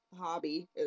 hobby